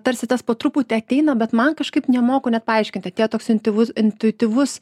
tarsi tas po truputį ateina bet man kažkaip nemoku net paaiškinti tie toks intyvus intuityvus